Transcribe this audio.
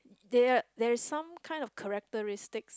there are there's some kind of characteristics